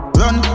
run